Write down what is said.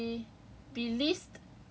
like it was supposed to be